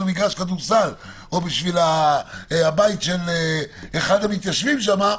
מגרש כדורסל או בשביל הבית של אחד המתיישבים שם,